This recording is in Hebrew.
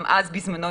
גם בזמנו,